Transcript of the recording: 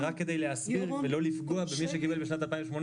זה רק כדי להסביר ולא לפגוע במי שקיבל בשנת 2018 את התוספת המלאה.